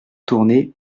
tournée